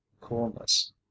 coolness